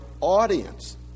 audience